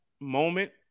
moment